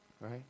right